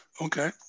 Okay